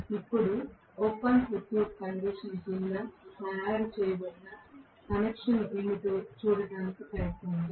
ఇప్పుడు open circuit condition కింద తయారు చేయబడిన కనెక్షన్ ఏమిటో చూడటానికి ప్రయత్నిద్దాం